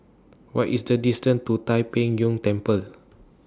What IS The distance to Tai Pei Yuen Temple